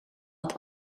het